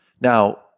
Now